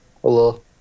Hello